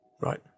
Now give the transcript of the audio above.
Right